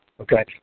Okay